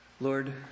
Lord